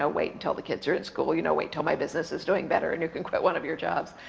ah wait and till the kids are at school, you know wait till my business is doing better and you can quit one of your jobs.